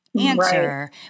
answer